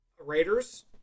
Raiders